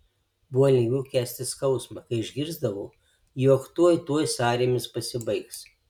buvo lengviau kęsti skausmą kai išgirsdavau jog tuoj tuoj sąrėmis pasibaigs